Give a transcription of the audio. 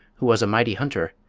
who was a mighty hunter,